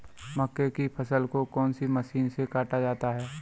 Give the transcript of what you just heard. मक्के की फसल को कौन सी मशीन से काटा जाता है?